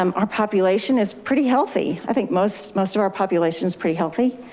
um our population is pretty healthy. i think most most of our population is pretty healthy.